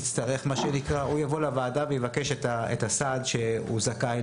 הוא יבוא לוועדה ויבקש את הסעד לו הוא זכאי.